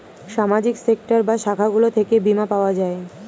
সামাজিক সেক্টর বা শাখাগুলো থেকে বীমা পাওয়া যায়